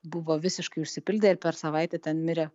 buvo visiškai užsipildę ir per savaitę ten mirė